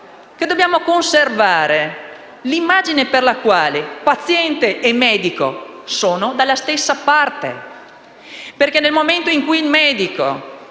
Grazie